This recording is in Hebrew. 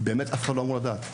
באמת שאף אחד לא יכול לדעת מזה.